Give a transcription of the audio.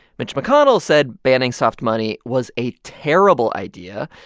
mitch mcconnell said banning soft money was a terrible idea,